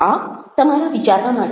આ તમારા વિચારવા માટે છે